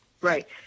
right